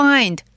Find